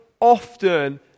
often